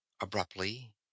Abruptly